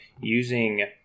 using